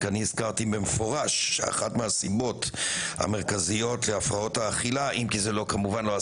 כי הזכרתי במפורש שאחת הסיבות המרכזיות להפרעות האכילה,